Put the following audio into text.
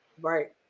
right